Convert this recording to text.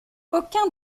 aucun